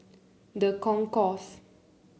The Concourse